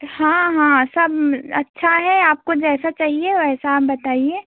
हाँ हाँ सब अच्छा है आपके जैसा चाहिए वैसा आप बताइए